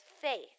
faith